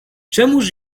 czemuż